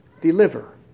deliver